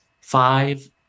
five